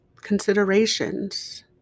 considerations